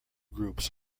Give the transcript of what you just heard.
groups